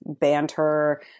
banter